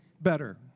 better